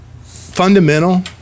fundamental